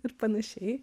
ir panašiai